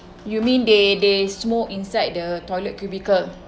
you mean they they smoke inside the toilet cubicle